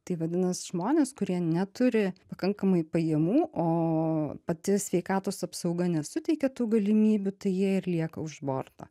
tai vadinas žmonės kurie neturi pakankamai pajamų o pati sveikatos apsauga nesuteikia tų galimybių tai jie ir lieka už borto